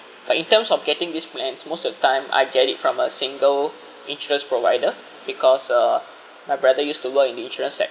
but in terms of getting these plans most of the time I get it from a single insurance provider because uh my brother used to work in insurance sector